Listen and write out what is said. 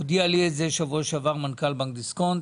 והודיע לי את זה בשבוע שעבר מנכ"ל בנק דיסקונט.